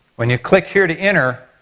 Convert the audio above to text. when you click here to enter,